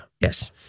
Yes